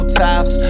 tops